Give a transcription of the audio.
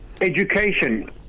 education